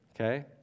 okay